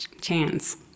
chance